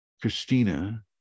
Christina